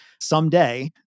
Someday